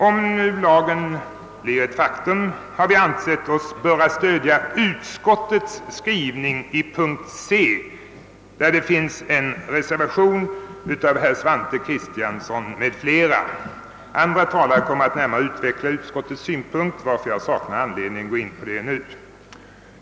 Om nu lagförslaget godtages, har vi ansett oss böra stödja utskottets skrivning i punkten C, där det finns en reservation av herr Svante Kristiansson m.fl. Andra talare kommer att närmare utveckla utskottets synpunkt, varför jag saknar anledning att ingå på detta nu.